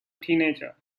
teenager